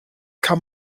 kann